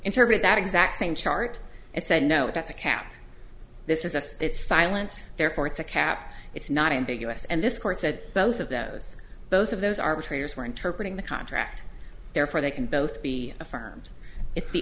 interpret that exact same chart it said no that's a cap this is a it's silence therefore it's a cap it's not ambiguous and this court said both of those both of those arbitrators were interpret in the contract therefore they can both be affirmed if the